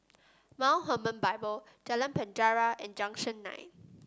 Mount Hermon Bible Jalan Penjara and Junction Nine